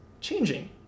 changing